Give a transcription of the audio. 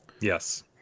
yes